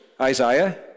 Isaiah